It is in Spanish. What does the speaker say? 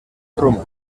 trump